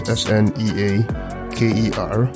s-n-e-a-k-e-r